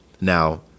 Now